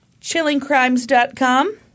Chillingcrimes.com